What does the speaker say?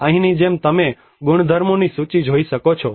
અહીંની જેમ તમે ગુણધર્મોની સૂચિ જોઈ શકો છો